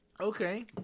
Okay